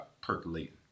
percolating